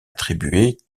attribuées